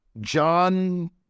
John